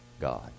God